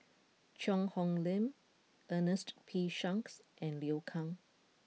Cheang Hong Lim Ernest P Shanks and Liu Kang